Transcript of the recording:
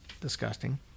disgusting